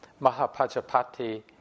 Mahapajapati